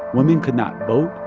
women could not vote,